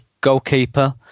goalkeeper